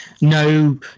no